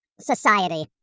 society